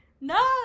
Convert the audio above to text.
No